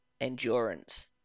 endurance